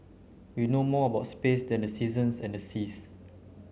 we know more about space than the seasons and the seas